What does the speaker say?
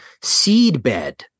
seedbed